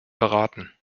beraten